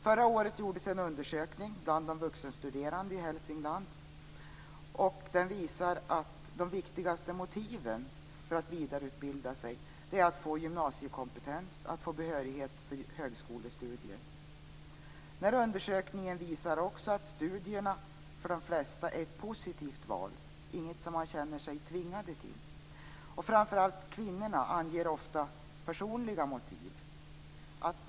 Förra året gjordes en undersökning bland de vuxenstuderande i Hälsingland. Den visar att de viktigaste motiven för att vidareutbilda sig är att få gymnasiekompetens, att få behörighet för högskolestudier. Den här undersökningen visar också att studierna för de flesta är ett positivt val, inte något som man känner sig tvingad till. Framför allt kvinnorna anger ofta personliga motiv.